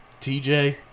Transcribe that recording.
TJ